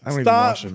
Stop